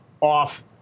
off